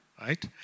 Right